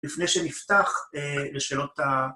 ‫לפני שנפתח לשאלות ה...